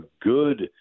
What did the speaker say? good